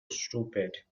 stupid